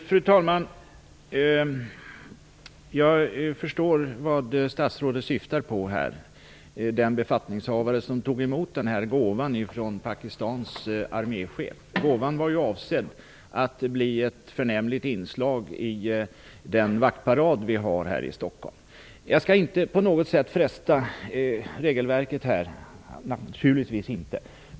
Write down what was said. Fru talman! Jag förstår vem statsrådet syftar på, nämligen den befattningshavare som tog emot gåvan från Pakistans arméchef. Gåvan var ju avsedd att bli ett förnämligt inslag i den vaktparad som vi har här i Jag skall inte på något sätt fresta regelverket, naturligtvis inte.